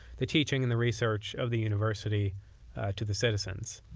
the teaching, and the research of the university to the citizens.